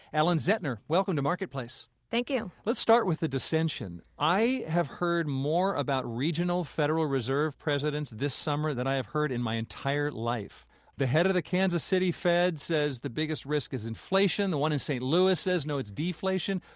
ellen zentner. welcome to marketplace thank you let's start with the dissension. i have heard more about regional federal reserve presidents this summer than i've heard in my entire life. the head of the kansas city fed says the biggest risk is inflation. the one in st. louis says no, it's deflation.